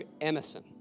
Emerson